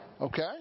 Okay